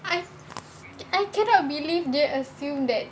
I I cannot believe they assume that